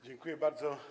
Dziękuję bardzo.